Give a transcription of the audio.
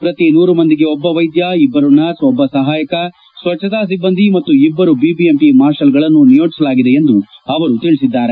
ಪ್ರತಿ ನೂರು ಮಂದಿಗೆ ಒಬ್ಬ ವೈದ್ಯ ಇಬ್ಬರು ನರ್ಸ್ ಒಬ್ಬ ಸಹಾಯಕ ಸ್ವಚ್ಛತಾ ಸಿಬ್ಬಂದಿ ಮತ್ತು ಇಬ್ಬರು ವಿ ವಿ ಎಂ ಪಿ ಮಾರ್ಷಲ್ಗಳನ್ನು ನಿಯೋಜಿಸಲಾಗಿದೆ ಎಂದು ಅವರು ತಿಳಿಸಿದ್ದಾರೆ